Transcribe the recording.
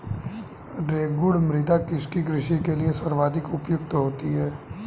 रेगुड़ मृदा किसकी कृषि के लिए सर्वाधिक उपयुक्त होती है?